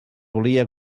volia